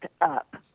up